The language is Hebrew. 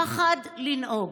פחד לנהוג.